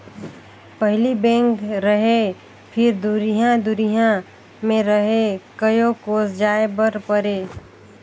पहिली बेंक रहें फिर दुरिहा दुरिहा मे रहे कयो कोस जाय बर परे